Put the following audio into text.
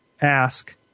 ask